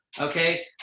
okay